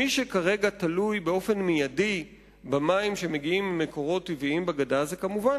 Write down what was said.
מי שכרגע תלוי באופן מיידי במים שמגיעים ממקורות טבעיים בגדה זה כמובן,